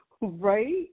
Right